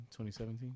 2017